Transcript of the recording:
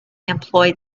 employed